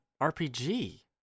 RPG